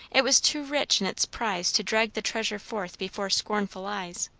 it was too rich in its prize to drag the treasure forth before scornful eyes.